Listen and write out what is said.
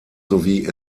sowie